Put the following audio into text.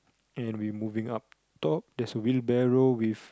and we moving up top there's whale bell roll with